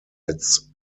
its